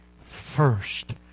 first